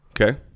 Okay